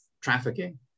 trafficking